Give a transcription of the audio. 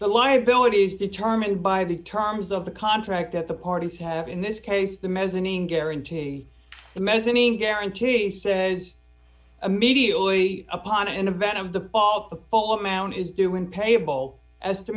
the liabilities determined by the terms of the contract that the parties have in this case the mezzanine guarantee the mezzanine guarantee says immediately upon an event of the fault the full amount is due when payable as to